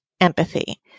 empathy